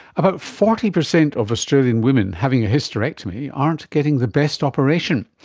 about forty percent of australian women having a hysterectomy aren't getting the best operation.